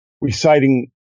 reciting